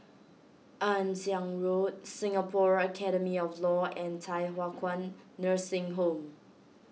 Ann Siang Road Singapore Academy of Law and Thye Hua Kwan Nursing Home